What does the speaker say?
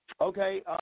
Okay